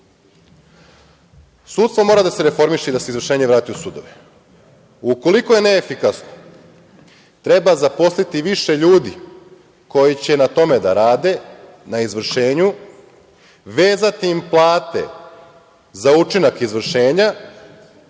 Srbija. Sudstvo mora da se reformiše i da se izvršenje vrati u sudove. Ukoliko je neefikasno treba zaposliti više ljudi koji će na tome da rade, na izvršenju, vezati im plate za učinak izvršenja,